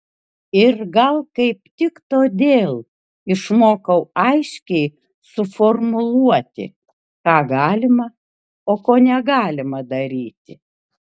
ir gal kaip tik todėl išmokau aiškiai suformuluoti ką galima o ko negalima daryti